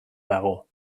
dago